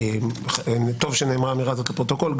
טוב שנאמרה האמירה הזאת לפרוטוקול.